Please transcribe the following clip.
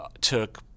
took